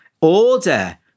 order –